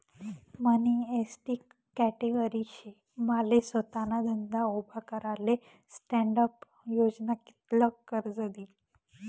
मनी ST category शे माले सोताना धंदा उभा कराले स्टॅण्डअप योजना कित्ल कर्ज दी?